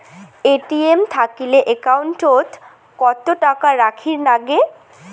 ATM থাকিলে account ওত কত টাকা রাখীর নাগে?